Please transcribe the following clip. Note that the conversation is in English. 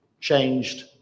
changed